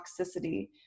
toxicity